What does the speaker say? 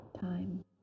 time